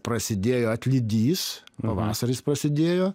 prasidėjo atlydys pavasaris prasidėjo